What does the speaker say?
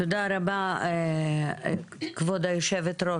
תודה רבה, כבוד יושבת הראש.